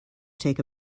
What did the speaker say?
take